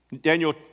Daniel